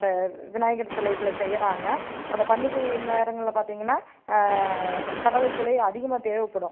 அந்த விநாயகர் சிலைகளை செய்கிறாங்க அதைப் பண்டிகை நேரங்களில் பார்த்திங்கனா கடவுள் சிலை அதிகமாக தேவைப்படும்